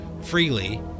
freely